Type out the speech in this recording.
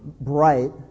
bright